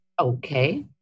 Okay